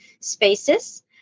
spaces